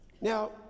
Now